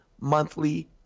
monthly